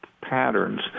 patterns